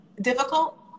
difficult